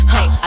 Hey